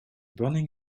burning